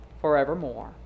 forevermore